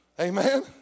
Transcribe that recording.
Amen